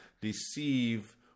deceive